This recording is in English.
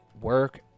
work